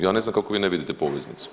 Ja ne znam kako vi ne vidite poveznicu.